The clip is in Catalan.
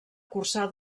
cursar